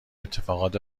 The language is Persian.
اتفاقات